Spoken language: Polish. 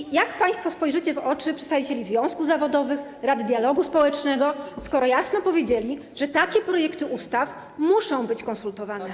I jak państwo spojrzycie w oczy przedstawicieli związków zawodowych, rad dialogu społecznego, skoro jasno powiedzieli, że takie projekty ustaw muszą być konsultowane?